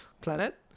Planet